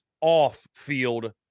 off-field